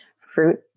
fruit